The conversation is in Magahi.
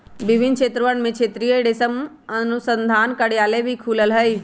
विभिन्न क्षेत्रवन में क्षेत्रीय रेशम अनुसंधान कार्यालय भी खुल्ल हई